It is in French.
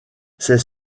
c’est